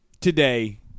today